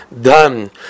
done